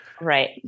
Right